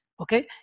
Okay